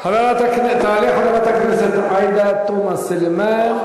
תעלה חברת הכנסת עאידה תומא סלימאן,